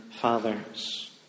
fathers